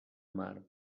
mar